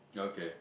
okay